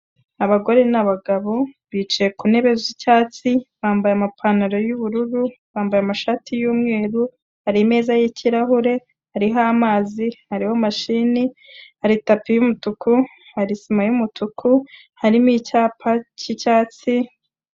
Abagore n'abagabo bicaye ku ntebe z'icyatsi, bambaye amapantaro y'ubururu, bambaye amashati y'umweru, hari imeza y'ikirahure, hariho amazi, hariho mashini, hari tapi y'umutuku, hari sima y'umutuku, harimo icyapa cy'icyatsi.